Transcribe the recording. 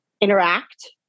interact